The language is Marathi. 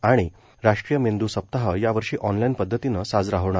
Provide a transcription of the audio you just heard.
आणि राष्ट्रीय मेंद् सप्ताह यावर्षी ऑनलाइन पदधतीने साजरा होणार